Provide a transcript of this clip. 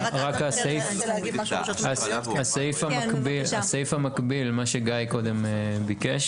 הסעיף המקביל מה שגיא ביקש,